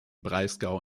breisgau